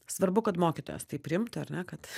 svarbu kad mokytojas tai priimtų ar ne kad